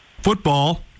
Football